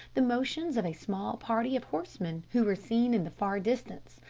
the motions of a small party of horsemen who were seen in the far distance,